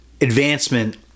advancement